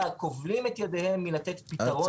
כובלים את ידיהם מלתת פתרון לבעיות האלה.